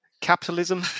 capitalism